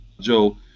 Joe